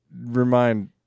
remind